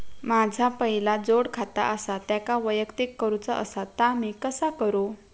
माझा पहिला जोडखाता आसा त्याका वैयक्तिक करूचा असा ता मी कसा करू?